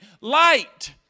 light